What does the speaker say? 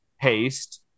paste